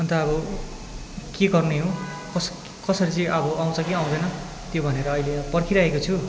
अन्त अब के गर्ने हो कस कसरी चाहिँ अब आउँछ कि आउँदैन त्यो भनेर अहिले पर्खिरहेको छु